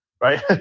right